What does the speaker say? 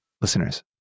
Listeners